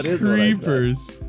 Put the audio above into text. Creepers